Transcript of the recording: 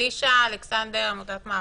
אלישע אלכסנדר, עמותת "מעברים".